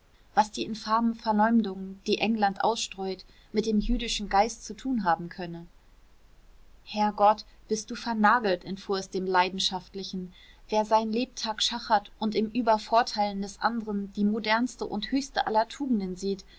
was die infamen verleumdungen die england ausstreut mit dem jüdischen geist zu tun haben könne herr gott bist du vernagelt entfuhr es dem leidenschaftlichen wer sein lebtag schachert und im übervorteilen des anderen die modernste und höchste aller tugenden sieht